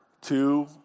two